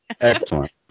excellent